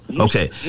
Okay